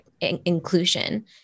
inclusion